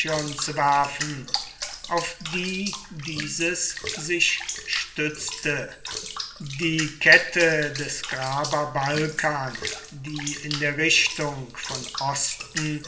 zu werfen auf die dieses sich stützte die kette des graba balkan die in der richtung von osten